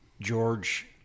George